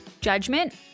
judgment